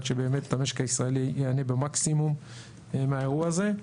שבאמת המשק הישראלי ייהנה במקסימום מהאירוע הזה.